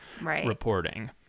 reporting